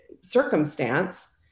circumstance